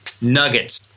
Nuggets